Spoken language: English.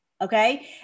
okay